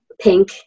pink